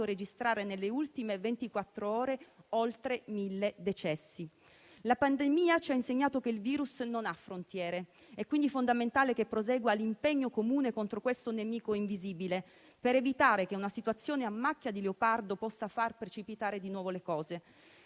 registrare nelle ultime ventiquattr'ore oltre mille decessi. La pandemia ci ha insegnato che il virus non ha frontiere. È quindi fondamentale che prosegua l'impegno comune contro questo nemico invisibile, per evitare che una situazione a macchia di leopardo possa far precipitare di nuovo le cose.